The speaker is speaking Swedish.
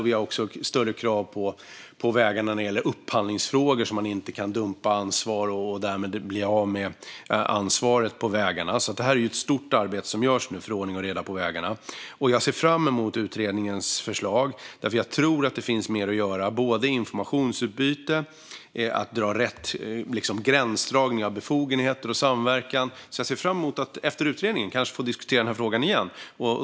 Vi har också hårdare krav när det gäller upphandlingsfrågor, så att man inte kan dumpa och bli av med sitt ansvar på vägarna. Det är ett stort arbete som nu görs för ordning och reda på vägarna. Jag ser fram emot utredningens förslag, för jag tror att det finns mer att göra vad gäller både informationsutbyte och rätt gränsdragning avseende befogenheter och samverkan. Jag ser fram emot att efter att utredningen kommit kanske få diskutera frågan igen.